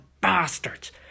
bastards